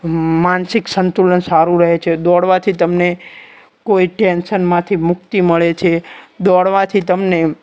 માનસિક સંતુલન સારું રહે છે દોડવાથી તમને કોઈ ટેન્શનમાંથી મુક્તિ મળે છે દોડવાથી તમને